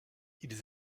ils